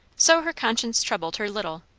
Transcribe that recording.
so her conscience troubled her little,